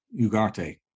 Ugarte